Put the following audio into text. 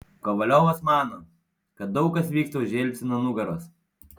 kovaliovas mano kad daug kas vyksta už jelcino nugaros